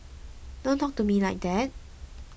don't talk to me like that